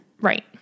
Right